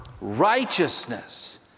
righteousness